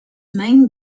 main